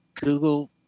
Google